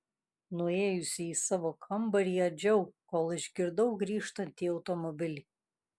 nuėjusi į savo kambarį adžiau kol išgirdau grįžtantį automobilį